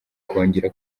kongera